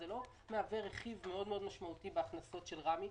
זה לא מהווה רכיב משמעותי מאוד בהכנסות של רמ"י.